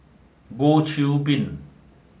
Goh Qiu Bin